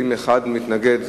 אם אחד מתנגד,